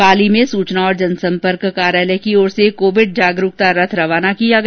पाली में सूचना और जनसंपर्क कार्यालय की ओर से कोविड जागरुकता रथ रवाना किया गया